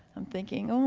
i'm thinking,